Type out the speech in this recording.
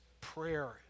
prayer